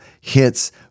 hits